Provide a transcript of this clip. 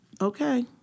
Okay